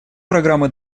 программы